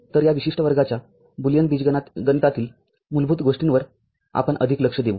तर या विशिष्ट वर्गाच्या बुलियन बीजगणितातील मूलभूत गोष्टींवर आपण अधिक लक्ष देऊ